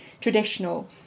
traditional